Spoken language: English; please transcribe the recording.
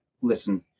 listen